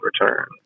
return